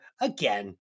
again